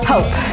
Hope